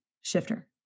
shifter